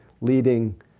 leading